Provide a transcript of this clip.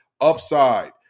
Upside